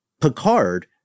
Picard